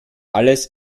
alles